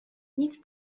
nic